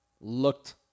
looked